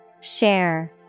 Share